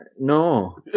No